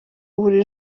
buri